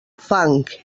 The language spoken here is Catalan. fang